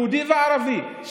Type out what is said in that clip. יהודי וערבי,